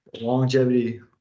Longevity